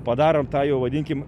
padarom tą jau vadinkim